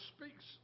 speaks